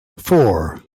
four